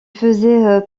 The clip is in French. faisait